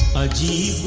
a g a